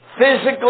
physically